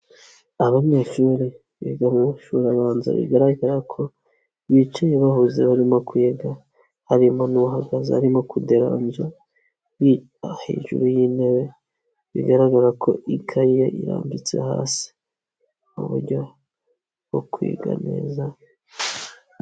Abanyeshuri biga mu mashuri abanza bigaragara ko bicaye bahuze barimo kwiga, harimo n'uhagaze arimo kuderanja akubita hejuru y'intebe bigaragara ko ikayi ye irambitse hasi mu buryo bwo kwiga neza.